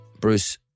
Bruce